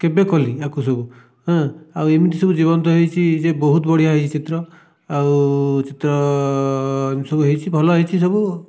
କେବେ କଲି ୟାକୁ ସବୁ ହଁ ଆଉ ଏମିତି ସବୁ ଜୀବନ୍ତ ହୋଇଛି ଯେ ବହୁତ ବଢ଼ିଆ ହୋଇଛି ଚିତ୍ର ଆଉ ଚିତ୍ର ଏମିତି ସବୁ ହୋଇଛି ଭଲ ହୋଇଛି ସବୁ